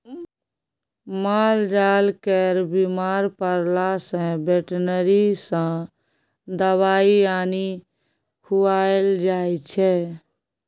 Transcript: मालजाल केर बीमार परला सँ बेटनरी सँ दबाइ आनि खुआएल जाइ छै